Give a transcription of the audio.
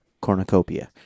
cornucopia